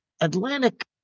atlantic